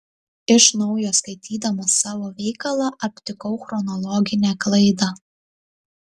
iš naujo skaitydamas savo veikalą aptikau chronologinę klaidą